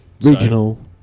Regional